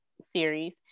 series